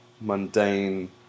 mundane